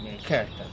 character